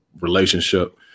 relationship